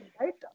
right